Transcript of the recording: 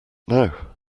now